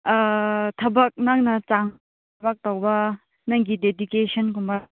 ꯊꯕꯛ ꯅꯪꯅ ꯆꯥꯡ ꯊꯕꯛ ꯇꯧꯕ ꯅꯪꯒꯤ ꯗꯦꯗꯤꯀꯦꯁꯟꯒꯨꯝꯕ